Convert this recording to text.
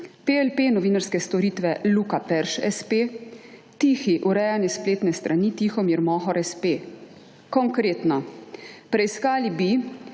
PLP, novinarske storitve, Luka Perš s.p., TIHI, urejanje spletnih strani, Tihomir Mohor s.p. Konkretno, preiskali bi,